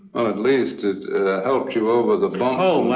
at least it helped you over the bumps.